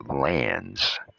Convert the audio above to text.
lands